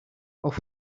auf